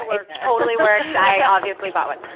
it totally worked, i obviously bought one.